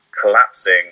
collapsing